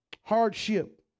hardship